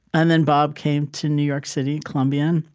and then bob came to new york city, columbia. and